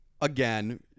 again